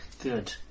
Good